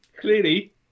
Clearly